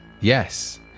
yes